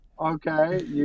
okay